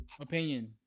opinion